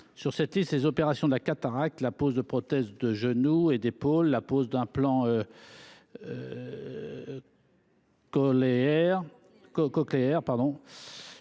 notamment les opérations de la cataracte, la pose de prothèses de genou et d’épaule, la pose d’implants cochléaires